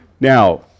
Now